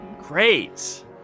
Great